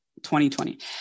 2020